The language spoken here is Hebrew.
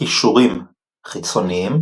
קישורים חיצוניים